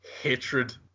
hatred